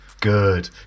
Good